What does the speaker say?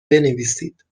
بنویسید